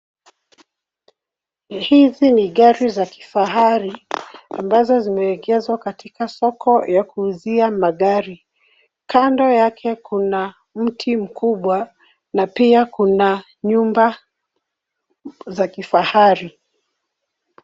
Hizi ni gari za kifahari ambazo zimeegezwa katika soko ya kuuzia magari. Kando yake kuna mti mkubwa, na pia kuna nyumba za kifahari.